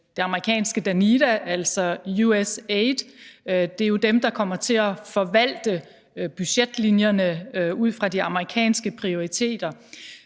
det amerikanske Danida, altså USAID. Det er jo dem, der kommer til at forvalte budgetlinjerne ud fra de amerikanske prioriteter.